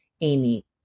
Amy